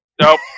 Nope